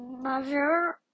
mother